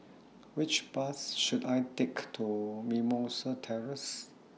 Which Bus should I Take to Mimosa Terrace